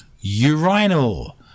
urinal